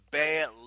bad